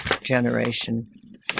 generation